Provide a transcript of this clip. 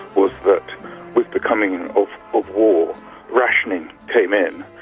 was that with the coming of war rationing came in,